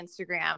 Instagram